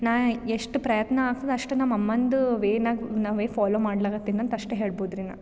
ನಾ ಎಷ್ಟು ಪ್ರಯತ್ನ ಆಗ್ತದೆ ಅಷ್ಟು ನಮ್ಮ ಅಮ್ಮಂದು ವೇನಾಗೆ ನಾ ವೇ ಫಾಲೋ ಮಾಡ್ಲಿಗತ್ತೇನೆ ಅಂತ ಅಷ್ಟೇ ಹೇಳ್ಬೋದು ರೀ ನಾ